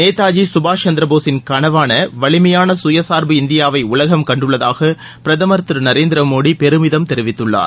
நேதாஜி சுபாஷ் சந்திரபோஸின் கனவான வலிமையான சுயசாா்பு இந்தியாவை உலகம் கண்டுள்ளதாக பிரதமர் திரு நரேந்திர மோடி பெருமிதம் தெரிவித்துள்ளார்